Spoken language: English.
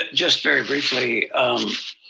just very briefly. um